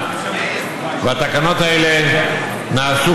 והתקנות האלה נעשו,